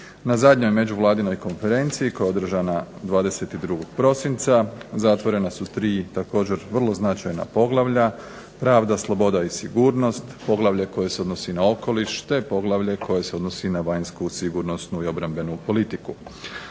Na zadnjoj Međuvladinoj konferenciji koja je održana 22. prosinca zatvorena su 3 također vrlo značajna poglavlja – Pravda, sloboda i sigurnost, poglavlje koje se odnosi na okoliš te poglavlje koje se odnosi na vanjsku sigurnosnu i obrambenu politiku.